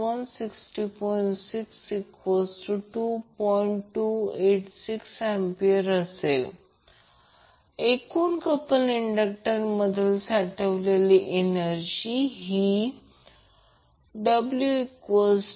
याचा अर्थ येथे ज्याला आपण current I Im sin ω t आणि V कॅपेसिटर व्होल्टेज म्हणतो ते खरं म्हणजे मी ImωCsinωt 90° आहे याचा अर्थ करंट प्रत्यक्षात लिडिंग आहे कारण ते ω t 0 आहे आणि हे व्होल्टेज V VC आणि कॅपेसिटरमधील व्होल्टेज आहे